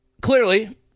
Clearly